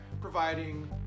providing